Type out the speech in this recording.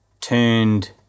turned